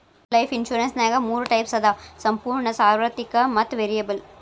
life ಇನ್ಸುರೆನ್ಸ್ನ್ಯಾಗ ಮೂರ types ಅದಾವ ಸಂಪೂರ್ಣ ಸಾರ್ವತ್ರಿಕ ಮತ್ತ ವೇರಿಯಬಲ್